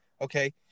okay